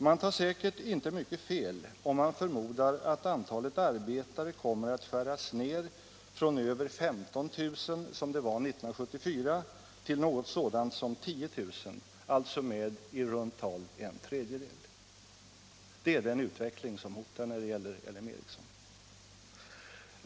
Man tar säkert inte mycket fel, om man förmodar att antalet arbetare kommer att skäras ned från över 15 000 som det var 1974 till ungefär 10 000, alltså med i runt tal en tredjedel. Det är den utvecklingen som hotar när det gäller LM Ericsson.